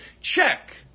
Check